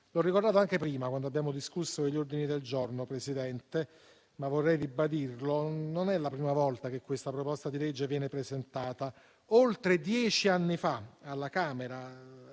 L'ho ricordato anche prima, quando abbiamo discusso gli ordini del giorno Presidente, ma vorrei ribadirlo: non è la prima volta che questa proposta di legge viene presentata. Oltre dieci anni fa alla Camera,